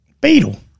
Beetle